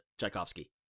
Tchaikovsky